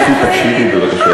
פשוט אל תפריעי לי.